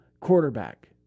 quarterback